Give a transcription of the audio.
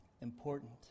important